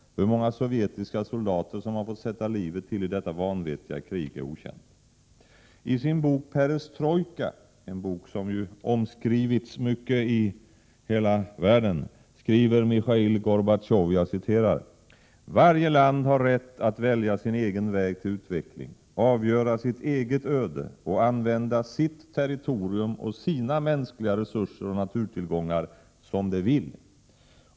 Hur många sovjetiska soldater som har fått sätta livet till i detta vanvettiga krig är okänt. I sin bok Perestrojka — en bok som ju omnämnts mycket i hela världen — skriver Michail Gorbatjov: ”Varje land har rätt att välja sin egen väg till utveckling, avgöra sitt eget öde och använda sitt territorium och sina 95 mänskliga resurser och naturtillgångar som det vill.